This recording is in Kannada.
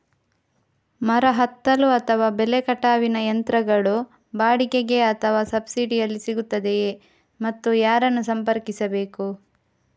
ಮರ ಹತ್ತಲು ಅಥವಾ ಬೆಲೆ ಕಟಾವಿನ ಯಂತ್ರಗಳು ಬಾಡಿಗೆಗೆ ಅಥವಾ ಸಬ್ಸಿಡಿಯಲ್ಲಿ ಸಿಗುತ್ತದೆಯೇ ಮತ್ತು ಯಾರನ್ನು ಸಂಪರ್ಕಿಸಬೇಕು?